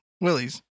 Willies